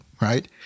right